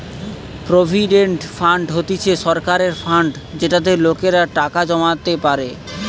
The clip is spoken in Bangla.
প্রভিডেন্ট ফান্ড হতিছে সরকারের ফান্ড যেটাতে লোকেরা টাকা জমাতে পারে